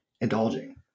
indulging